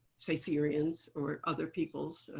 say syrians, or other peoples,